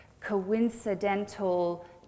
coincidental